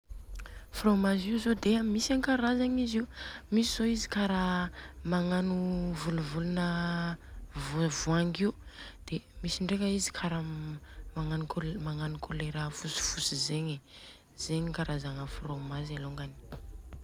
Frômazy io zô dia misy ankarazagny izy io, misy kara magnano volovolona voa voangy io, dia misy ndreka izy kara magnano kolera fotsy fotsy zegny. Zegny karazagna frômazy alôngany.